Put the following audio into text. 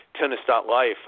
tennis.life